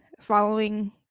following